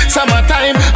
Summertime